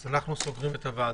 אנחנו סוגרים את הישיבה.